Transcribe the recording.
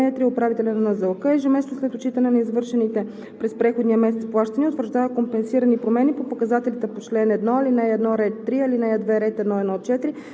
балансът по бюджета на НЗОК. (4) В случаите по ал. 3 управителят на НЗОК ежемесечно след отчитане на извършените през предходния месец плащания утвърждава компенсирани промени